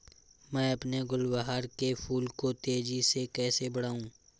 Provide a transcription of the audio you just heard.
मैं अपने गुलवहार के फूल को तेजी से कैसे बढाऊं?